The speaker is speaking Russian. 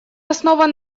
основан